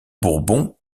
bourbon